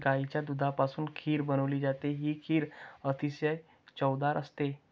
गाईच्या दुधापासून खीर बनवली जाते, ही खीर अतिशय चवदार असते